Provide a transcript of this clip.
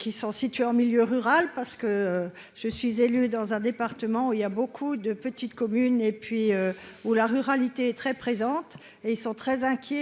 qui sont situés en milieu rural parce que je suis élue dans un département où il y a beaucoup de petites communes et puis où la ruralité, très présente et ils sont très inquiets